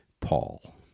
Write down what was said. Paul